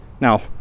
now